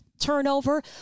turnover